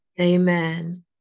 amen